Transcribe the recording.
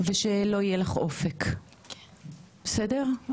ושלא יהיה לך אופק, בסדר?